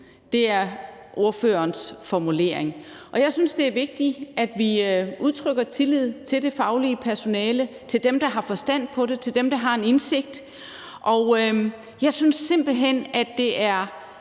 Det er ordførerens formulering. Jeg synes, det er vigtigt, at vi udtrykker tillid til det faglige personale, til dem, der har forstand på det, til dem, der har en indsigt, og jeg synes simpelt hen, at det er